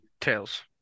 Tails